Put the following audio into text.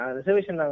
reservation